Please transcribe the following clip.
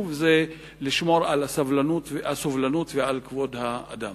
זה לשמור על הסובלנות ועל כבוד האדם.